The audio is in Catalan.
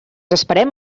esperem